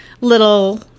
little